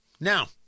Now